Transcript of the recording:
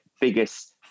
biggest